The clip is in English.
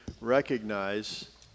recognize